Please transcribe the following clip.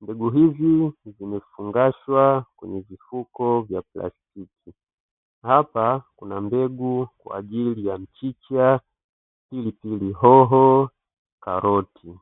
mbegu hizi zimefungashwa kwenye vifuko vya plastiki. Hapa kuna mbegu kwa ajili ya mchicha, pilipili hoho, karoti.